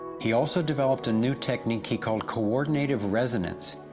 he also developed a new technique he called coordinated resonance.